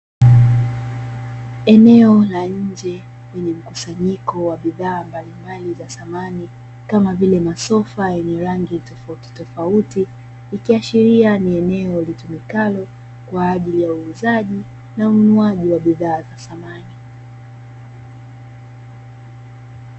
Eneo la nje lenye mkusanyiko wa bidhaa mbalimbali za samani kama vile masofa yenye rangi tofauti tofauti, ikiashiria ni eneo litumikalo kwa ajili ya uuzaji na ununuaji wa bidhaa za samani.